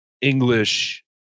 English